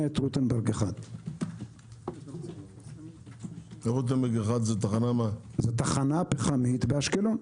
את רוטנברג 1. זאת תחנה פחמית באשקלון.